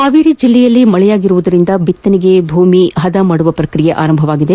ಹಾವೇರಿ ಜಿಲ್ಲೆಯಲ್ಲಿ ಮಳೆಯಾಗಿರುವುದರಿಂದ ಬಿತ್ತನೆಗೆ ಭೂಮಿ ಹದ ಮಾಡುವ ಪ್ರಕ್ರಿಯೆ ಆರಂಭಗೊಂಡಿದೆ